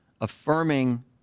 affirming